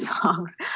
songs